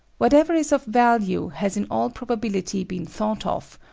whatever is of value has in all probability been thought of,